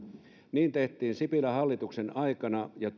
niin tehtiin sipilän hallituksen aikana ja